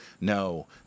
no